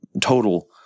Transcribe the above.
total